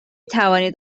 توانید